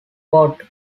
code